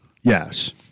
Yes